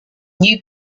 new